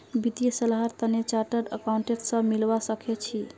वित्तीय सलाहर तने चार्टर्ड अकाउंटेंट स मिलवा सखे छि